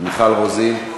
מיכל רוזין,